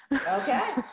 Okay